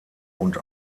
und